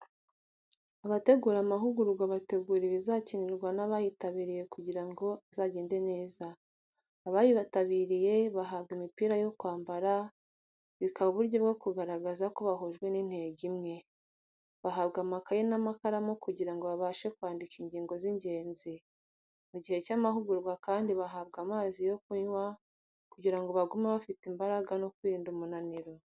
Abategura amahugurwa bategura ibizakenerwa n'abayitabiriye kugira ngo azagende neza. Abayitabiriye bahabwa imipira yo kwambara, bikaba uburyo bwo kugaragaza ko bahujwe n'intego imwe. Bahabwa amakayi n'amakaramu kugira ngo babashe kwandika ingingo z'ingenzi. Mu gihe cy'amahugurwa kandi bahabwa amazi yo kunywa, kugira ngo bagume bafite imbaraga no kwirinda umunaniro.